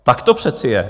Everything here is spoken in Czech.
Tak to přece je!